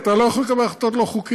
אתה לא יכול לקבל החלטות לא חוקיות.